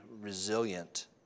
resilient